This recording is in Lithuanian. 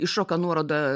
iššoka nuoroda